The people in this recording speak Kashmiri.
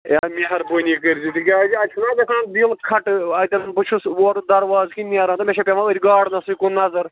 ہے مہربٲنی کٔرزِ تِکیٛازِ اَتہِ چھُ نا گَژھان دِل کھَٹہٕ ٲں اَتیٚن بہٕ چھُس اورٕ دَرواز کِنۍ نیران تہٕ مےٚ چھِ پیٚوان أتھۍ گارڈنَسٕے کُن نظر